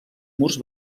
murs